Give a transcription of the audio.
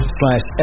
slash